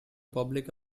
public